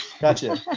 gotcha